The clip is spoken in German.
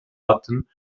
hatten